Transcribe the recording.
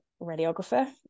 radiographer